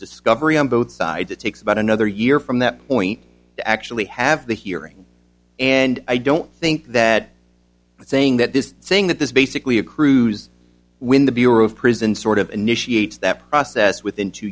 discovery on both sides it takes about another year from that point to actually have the hearing and i don't think that saying that this saying that this basically a cruise when the bureau of prisons sort of initiate that process within two